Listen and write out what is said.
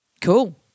Cool